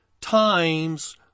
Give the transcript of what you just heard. times